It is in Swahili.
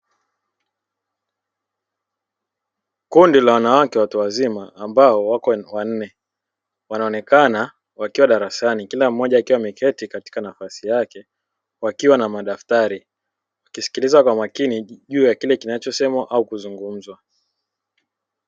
Kundi la wanawake watu wazima ambapo wako wanne, wanaonekana wakiwa darasani kila mmoja akiwa ameketi katika nafasi yake wakiwa na madaftari wakisilikiliza kwa makini juu ya kile kinachosemwa au kuzungumzwa.